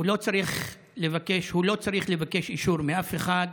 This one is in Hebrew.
הוא לא צריך לבקש אישור מאף אחד.